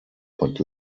but